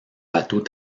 bateau